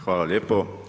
Hvala lijepo.